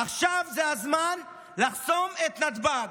עכשיו הזמן לחסום את נתב"ג,